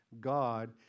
God